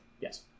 Yes